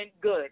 Good